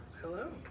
Hello